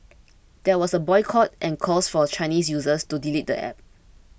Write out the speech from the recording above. there was a boycott and calls for Chinese users to delete the app